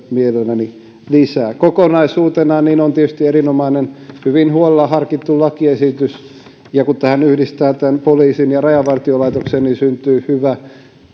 mielelläni ministeriltä lisää kokonaisuutena tämä on tietysti erinomainen hyvin huolella harkittu lakiesitys ja kun tähän yhdistää poliisin ja rajavartiolaitoksen syntyy hyvä